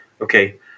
Okay